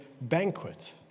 banquet